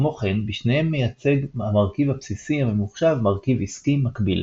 כמו כן בשניהם מיצג המרכיב הבסיסי הממוחשב מרכיב עסקי מקביל.